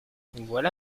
voilà